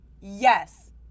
Yes